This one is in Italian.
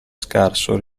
scarso